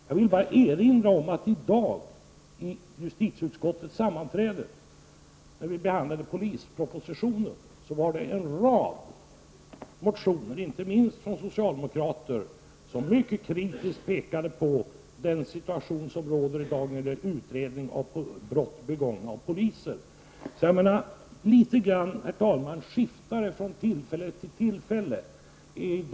Jag vill här erinra om att det i dag, vid justitieutskottets sammanträde i samband med att vi behandlade polispropositionen, fanns en rad motioner, inte minst från socialdemokrater, som mycket kritiskt pekade på den situation som råder i dag när det gäller utredningar av brott begångna av poliser. Litet grand skiftar detta, herr talman, från tillfälle till tillfälle.